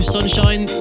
Sunshine